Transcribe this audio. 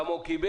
כמה הוא קיבל.